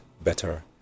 better